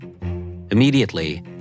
Immediately